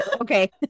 Okay